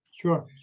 Sure